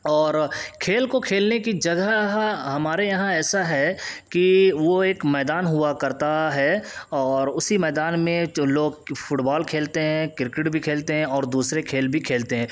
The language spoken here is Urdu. اور کھیل کو کھیلنے کی جگہ ہمارے یہاں ایسا ہے کہ وہ ایک میدان ہوا کرتا ہے اور اسی میدان میں جو لوگ فٹبال کھیلتے ہیں کرکٹ بھی کھیلتے ہیں اور دوسرے کھیل بھی کھیلتے ہیں